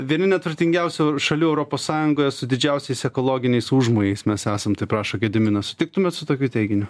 vieni neturtingiausių šalių europos sąjungoje su didžiausiais ekologiniais užmojais mes esam rašo gediminas sutiktumėt su tokiu teiginiu